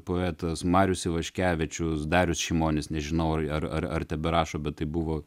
poetas marius ivaškevičius darius šimonis nežinau ar ar ar teberašo bet tai buvo